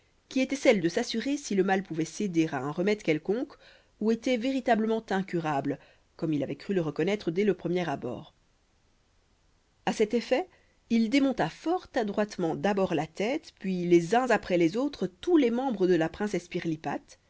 qui était celle de s'assurer si le mal pouvait céder à un remède quelconque ou était véritablement incurable comme il avait cru le reconnaître dès le premier abord a cet effet il démonta fort adroitement d'abord la tête puis les uns après les autres tous les membres de la princesse